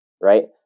right